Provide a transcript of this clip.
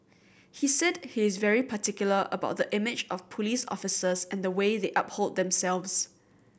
he said he is very particular about the image of police officers and the way they uphold themselves